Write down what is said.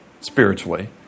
spiritually